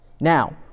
Now